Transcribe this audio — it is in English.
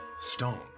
stone